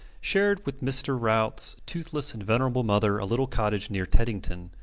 shared with mr. routs toothless and venerable mother a little cottage near teddington.